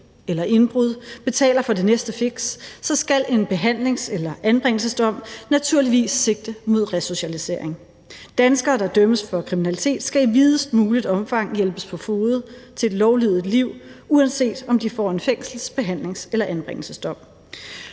eller indbrud betaler for det næste fix, så skal en behandlings- eller anbringelsesdom naturligvis sigte mod resocialisering. Danskere, der dømmes for kriminalitet, skal i videst muligt omfang hjælpes på fode til et lovlydigt liv, uanset om de får en fængsels-, behandlings- eller anbringelsesdom.